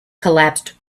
collapsed